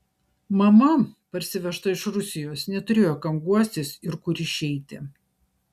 mama parsivežta iš rusijos neturėjo kam guostis ir kur išeiti